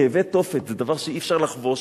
כאבי תופת, זה דבר שאי-אפשר לחבוש,